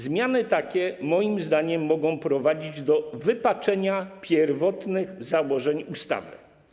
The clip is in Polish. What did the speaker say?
Zmiany takie, moim zdaniem, mogą prowadzić do wypaczenia pierwotnych założeń ustawy.